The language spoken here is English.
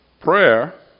Prayer